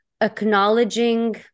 acknowledging